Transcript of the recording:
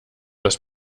das